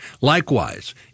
Likewise